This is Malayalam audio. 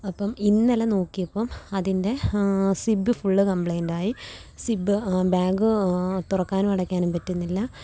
അപ്പോള് ഇന്നലെ നോക്കിയപ്പോള് അതിന്റെ സിബ്ബ് ഫുള്ള് കംപ്ലൈൻറ്റായി സിബ്ബ് ബാഗ് തുറക്കാനും അടയ്ക്കാനും പറ്റുന്നില്ല